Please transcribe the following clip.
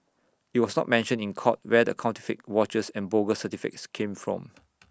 IT was not mentioned in court where the counterfeit watches and bogus certificates came from